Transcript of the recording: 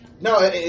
No